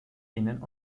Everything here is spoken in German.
innen